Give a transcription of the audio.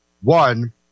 one